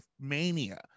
mania